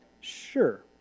Sure